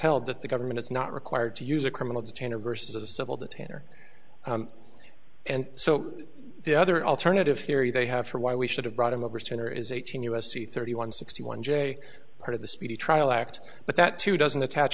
held that the government is not required to use a criminal detain or versus a civil detain or and so the other alternative theory they have for why we should have brought him over sooner is eighteen u s c thirty one sixty one j part of the speedy trial act but that too doesn't attach